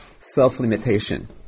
self-limitation